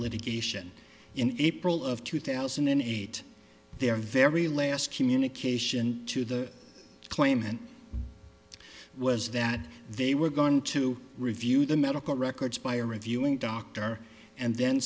litigation in april of two thousand and eight they are very last communication to the claimant was that they were going to review the medical records by reviewing doctor and then